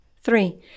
Three